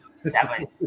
seven